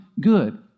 good